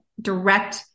direct